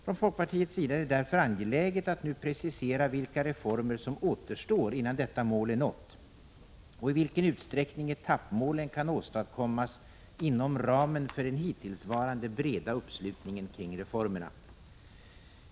Från folkpartiets sida är det därför angeläget att nu precisera vilka reformer som återstår innan detta mål är nått och i vilken utsträckning etappmålen kan åstadkommas inom ramen för den hittillsvarande breda uppslutningen kring reformerna.